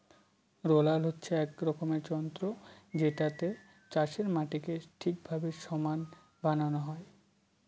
roller হচ্ছে এক রকমের যন্ত্র যেটাতে চাষের মাটিকে ঠিকভাবে সমান বানানো হয়